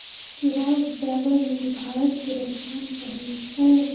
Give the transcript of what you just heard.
केरा उपजाबै मे भारत केर स्थान पहिल छै